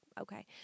Okay